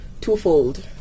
twofold